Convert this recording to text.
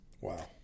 Wow